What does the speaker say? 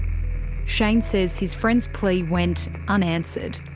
shane says his friend's plea went unanswered.